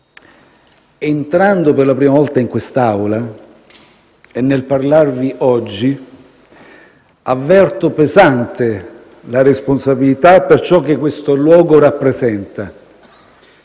Entrando per la prima volta in quest'Aula e nel parlarvi oggi, avverto pesante la responsabilità per ciò che questo luogo rappresenta.